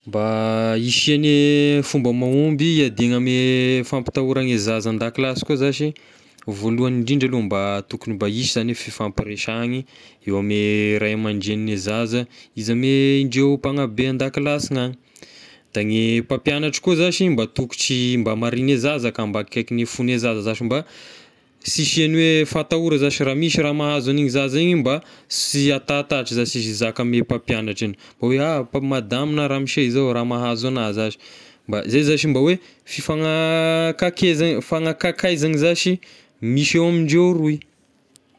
Mba hisiane fomba mahomby hiadiagna ame fampitahora ny zaza an-dakilasy koa zashy voalohany indrindra aloha mba tokony mba hisy zagny fifampiresahiny eo ame ray aman-drenin'ny zaza izy ame indreo mpanabe an-dakilasiny agny, da ny mpampianatra koa zashy mba tokotry mba marigny e zaza ka, mba akaikine fone zaza zashy mba sy hisian'ny hoe fatahora zashy raha misy raha mahazo an'igny zaza igny mba sy hatahatahotra zashy izy hizaka ame mpampianatra agny, mba hoe ah mpa- madama na ramose zao raha mahazo agnahy zashy, mba zay zashy mba hoe fifanakakeza fanakakaizagny zashy misy eo amindreo roy.